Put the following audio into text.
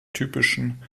typischen